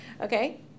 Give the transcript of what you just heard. Okay